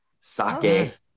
sake